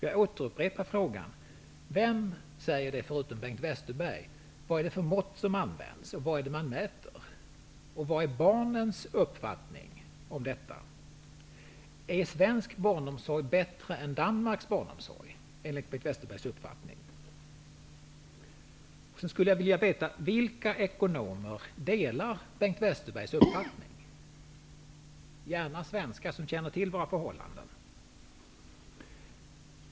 Jag upprepar frågan: Vem säger det, förutom Bengt Westerberg? Vilka mått an vänds? Vad mäter man? Vad är barnens uppfatt ning om detta? Är svensk barnomsorg bättre än dansk barnomsorg, enligt Bengt Westerbergs uppfattning? Vilka ekonomer delar Bengt Wes terbergs uppfattning? Nämn gärna svenskar, som känner till våra förhållanden!